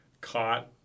caught